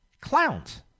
Clowns